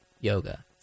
yoga